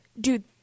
dude